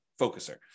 focuser